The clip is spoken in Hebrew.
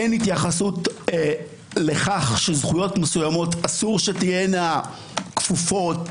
אין התייחסות לכך שזכויות מסוימות אסור שתהיינה כפופות